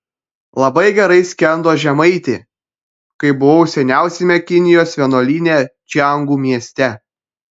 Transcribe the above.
labai gerai skendo žemaitė kai buvau seniausiame kinijos vienuolyne čiangu mieste